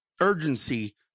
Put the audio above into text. urgency